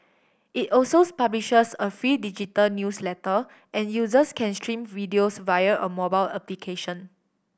it also publishes a free digital newsletter and users can stream videos via a mobile application